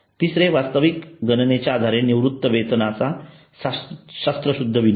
तिसरे वास्तविक गणनेच्या आधारे निवृत्ती वेतनाचा शास्त्रशुद्ध विनियोग